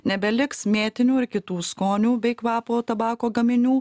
nebeliks mėtinių ir kitų skonių bei kvapo tabako gaminių